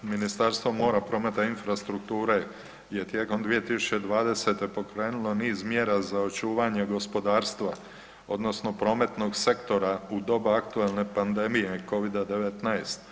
Ministarstvo mora, prometa i infrastrukture je tijekom 2020. pokrenulo niz mjera za očuvanje gospodarstva odnosno prometnog sektora u doba aktualne panedmije covida-19.